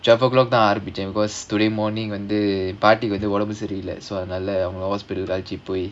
twelve o'clock தான் ஆரம்பிச்சேன்:thaan arambichaen because today morning வந்து பாட்டிக்கு வந்து உடம்பு சரியில்ல:vandhu paatikku vandhu udambu sariyilla so அதனால:adhanaala